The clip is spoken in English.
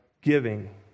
giving